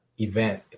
event